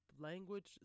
language